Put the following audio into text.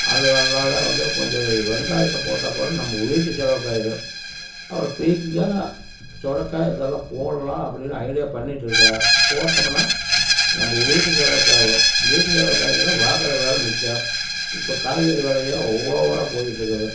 அது நல்லாதான் வந்து கொஞ்சம் வெங்காயத்தை போட்டால் கூட நம்ம வீட்டு செலவுக்கு ஆயிடும் அப்புறம் பீக்கெங்காய் சுரக்கா இதெல்லாம் போடலாம் அப்படின்னு ஐடியா பண்ணிகிட்ருக்கேன் போட்டோமுன்னால் நம்ம வீட்டு செலவுக்கு ஆகும் வீட்டு செலவுக்கு ஆச்சினால் வாங்குகிற வேலை மிச்சம் இப்போ காய்கறி விலையோ ஓவராக போய்கிட்டு இருக்குது